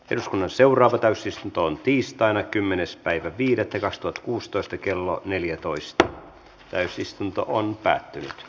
eduskunnan seuraava täysistuntoon tiistaina kymmenes päivä viiden tilastot kuustoista kello neljätoista täysistuntoon arvovaliokuntaan